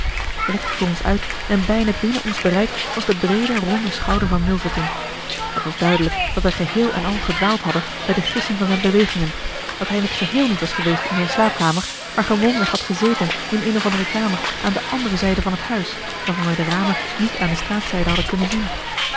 recht voor ons uit en bijna binnen ons bereik was de breede ronde schouder van milverton het was duidelijk dat wij geheel en al gedwaald hadden bij de gissing van zijn bewegingen dat hij in het geheel niet was geweest in zijn slaapkamer maar gewoonweg had gezeten in een of andere kamer aan de andere zijde van het huis waarvan wij de ramen niet aan de straatzijde hadden kunnen zien